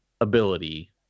ability